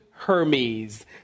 Hermes